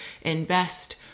invest